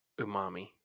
umami